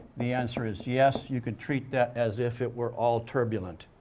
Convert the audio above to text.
the answer is yes. you can treat that as if it were all turbulent.